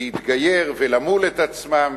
להתגייר ולמול את עצמם,